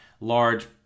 large